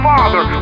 Father